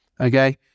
okay